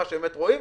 מה שבאמת רואים,